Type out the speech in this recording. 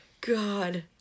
God